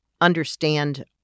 understand